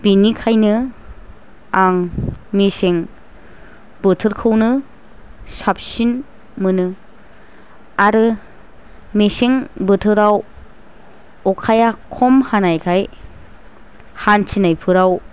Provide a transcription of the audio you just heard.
बेनिखायनो आं मेसें बोथोरखौनो साबसिन मोनो आरो मेसें बोथोराव अखाया खम हानायखाय हान्थिनायफोराव